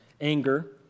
anger